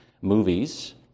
movies